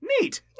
Neat